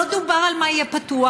לא דובר על מה יהיה פתוח,